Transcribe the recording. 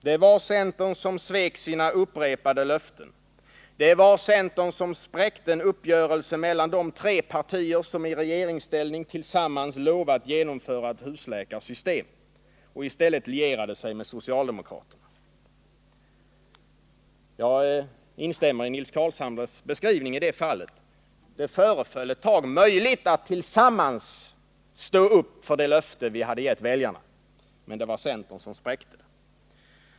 Det var centern som svek sina upprepade löften, det var centern som spräckte en uppgörelse mellan de tre partier som i regeringsställning tillsammans lovat genomföra ett husläkarsystem och i stället lierade sig med socialdemokraterna. Jag instämmer i det fallet i Nils Carlshamres beskrivning: Det föreföll ett tag möjligt att tillsammans stå upp för det löfte vi hade givit väljarna. Men centern spräckte den möjligheten.